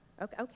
Okay